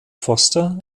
foster